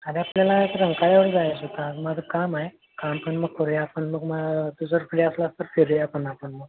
अरे आपल्याला एक रंकाळ्यावर जायचं होतं आज माझं काम आहे काम पण मग करूया आपण मग मग तू जर फ्री असलास तर फिरूया पण आपण मग